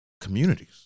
communities